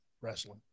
wrestling